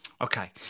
Okay